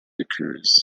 occurs